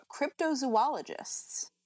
cryptozoologists